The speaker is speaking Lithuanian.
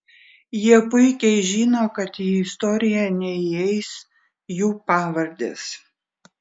jie puikiai žino kad į istoriją neįeis jų pavardės